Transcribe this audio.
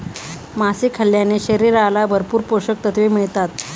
मासे खाल्ल्याने शरीराला भरपूर पोषकतत्त्वे मिळतात